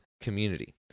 community